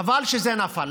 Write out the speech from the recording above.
חבל שזה נפל.